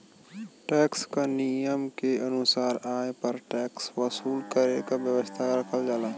tax क नियम के अनुसार आय पर टैक्स वसूल करे क व्यवस्था रखल जाला